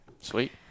Sweet